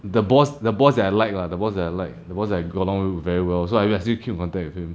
the boss the boss that I like lah the boss that I like the boss that I got along with very well so like I still keep in contact with him